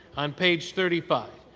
on page thirty five,